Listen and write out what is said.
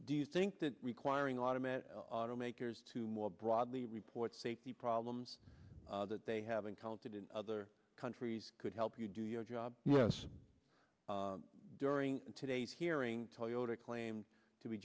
do you think that requiring automatic automakers to more broadly report safety problems that they have encountered in other countries could help you do your job with us during today's hearing toyota claimed to be